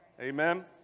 Amen